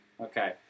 Okay